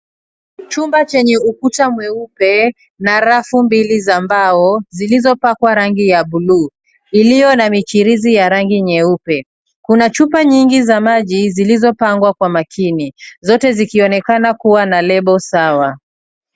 Chumba chenye ukuta mweupe na rafu mbili za mbao zilizopakwa rangi ya buluu iliyo na michirizi ya rangi nyeupe. Kuna chupa nyingi za maji zilizopangwa kwa makini zote zikionekana kuwa na lebo sawa.